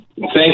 Thanks